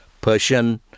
Persian